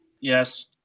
Yes